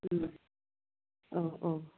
औ औ